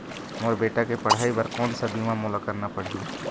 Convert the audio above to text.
मोर बेटा के पढ़ई बर कोन सा बीमा मोला करना पढ़ही?